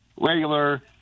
regular